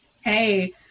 Hey